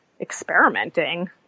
experimenting